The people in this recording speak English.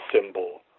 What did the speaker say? symbol